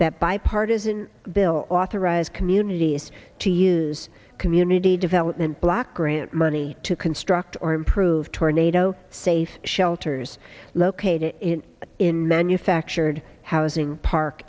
that bipartisan bill authorized communities to use community development block grant money to construct or improve tornado safe shelters located in manufactured housing park